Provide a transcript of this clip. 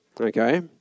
okay